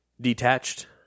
Detached